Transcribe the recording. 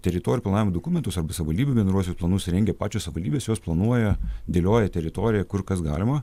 teritorijų planavimo dokumentus arba savivaldybių bendruosius planus rengia pačios savivaldybės jos planuoja dėlioja teritoriją kur kas galima